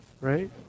right